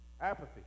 apathy